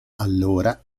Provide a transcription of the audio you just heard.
allora